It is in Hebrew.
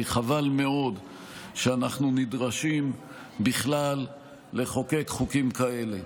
כי חבל מאוד שאנחנו נדרשים בכלל לחוקק חוקים כאלה.